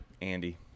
Andy